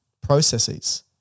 processes